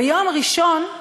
ביום ראשון,